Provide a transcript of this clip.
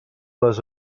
les